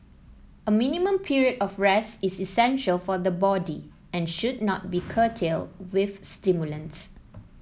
a minimum period of rest is essential for the body and should not be curtailed with stimulants